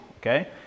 Okay